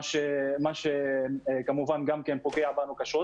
מה שכמובן גם פוגע בנו קשות.